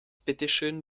bitteschön